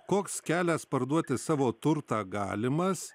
koks kelias parduoti savo turtą galimas